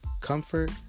comfort